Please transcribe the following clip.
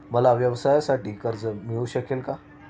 मला व्यवसायासाठी कर्ज मिळू शकेल का?